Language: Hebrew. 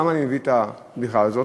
למה אני מביא את הבדיחה הזאת?